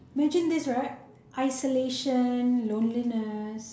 imagine this right isolation loneliness